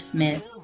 Smith